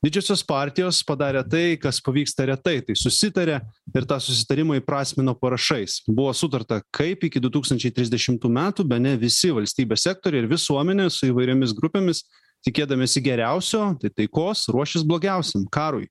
didžiosios partijos padarė tai kas pavyksta retai tai susitarė ir tą susitarimą įprasmino parašais buvo sutarta kaip iki du tūkstančiai trisdešimtų metų bene visi valstybės sektoriai ir visuomenė su įvairiomis grupėmis tikėdamiesi geriausio taikos ruošis blogiausiam karui